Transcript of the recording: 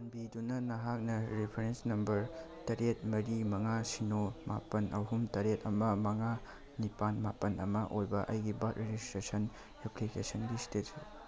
ꯆꯥꯟꯕꯤꯗꯨꯅ ꯅꯍꯥꯛꯅ reference number ꯇꯔꯦꯠ ꯃꯔꯤ ꯃꯉꯥ ꯁꯤꯅꯣ ꯃꯥꯄꯜ ꯑꯍꯨꯝ ꯇꯔꯦꯠ ꯑꯃ ꯃꯉꯥ ꯅꯤꯄꯥꯜ ꯃꯥꯄꯜ ꯑꯃ ꯑꯣꯏꯕ ꯑꯩꯒꯤ ꯕꯥꯔꯠ ꯔꯦꯖꯤꯁꯇ꯭ꯔꯦꯁꯟ ꯑꯦꯄ꯭ꯂꯤꯀꯦꯁꯟꯒꯤ